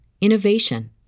innovation